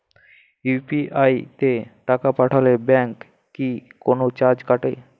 UPI তে টাকা পাঠালে ব্যাংক কি কোনো চার্জ কাটে?